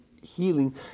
healing